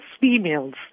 females